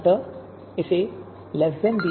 अतः इसे b के रूप में लिखा जाता है